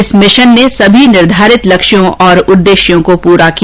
इस मिशन ने सभी निर्धारित लक्ष्यों और उद्देर्श्यो को पूरा किया